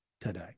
today